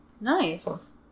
Nice